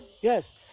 Yes